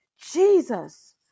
jesus